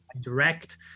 direct